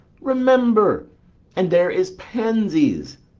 remember and there is pansies,